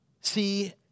See